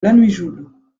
lanuéjouls